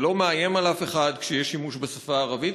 זה לא מאיים על אף אחד שיש שימוש בשפה הערבית,